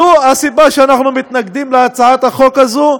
זו הסיבה שאנחנו מתנגדים להצעת החוק הזו,